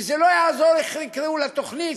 ולא יעזור איך יקראו לתוכנית,